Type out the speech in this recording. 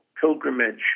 pilgrimage